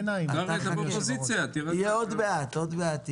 באמצע יש לנו את המרשם.